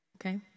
Okay